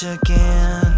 again